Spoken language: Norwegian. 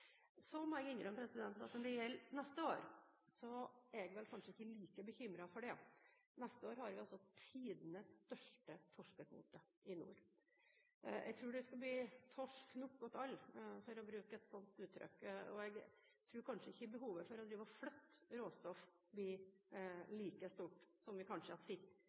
Så må jeg innrømme at når det gjelder neste år, er jeg vel kanskje ikke like bekymret for det. Neste år har vi tidenes største torskekvote i nord. Jeg tror det skal bli torsk nok til alle, for å bruke et sånt uttrykk, og jeg tror kanskje ikke behovet for å drive og flytte råstoff blir like stort som vi kanskje